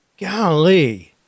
Golly